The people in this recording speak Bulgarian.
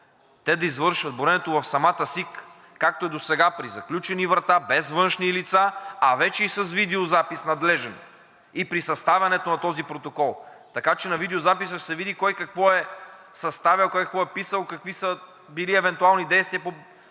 те да извършват броенето в самата СИК, както е досега – при заключени врата, без външни лица, а вече и с надлежен видеозапис и при съставянето на този протокол. Така че на видеозаписа ще се види кой какво е съставял, кой какво е писал, какви са били евентуалните действия –